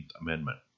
Amendment